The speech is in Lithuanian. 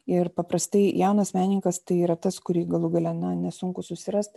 ir paprastai jaunas menininkas tai yra tas kurį galų gale na sunku susirast